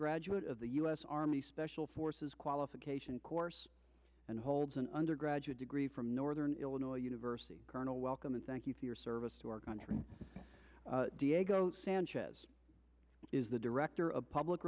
graduate of the u s army special forces qualification course and holds an undergraduate degree from northern illinois university colonel welcome and thank you for your service to our country diego sanchez is the director of public